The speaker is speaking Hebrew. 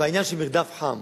בעניין של מרדף חם